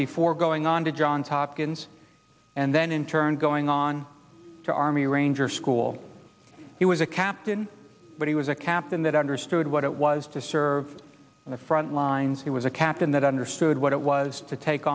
before going on to johns hopkins and then in turn going on to army ranger school he was a captain but he was a captain that understood what it was to serve on the frontlines he was a captain that understood what it was to take